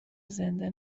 زنده